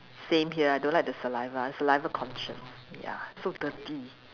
same here I don't like the saliva I saliva conscious ya so dirty